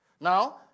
Now